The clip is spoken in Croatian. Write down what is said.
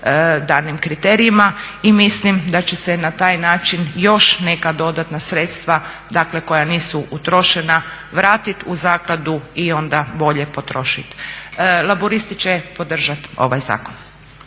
danim kriterijima i mislim da će se na taj način još neka dodatna sredstva koja nisu utrošena vratit u zakladu i onda bolje potrošit. Laburisti će podržat ovaj zakon.